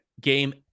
Game